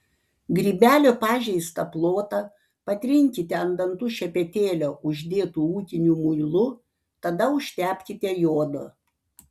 grybelio pažeistą plotą patrinkite ant dantų šepetėlio uždėtu ūkiniu muilu tada užtepkite jodo